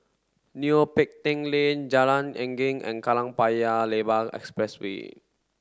Neo Pee Teck Lane Jalan Geneng and Kallang Paya Lebar Expressway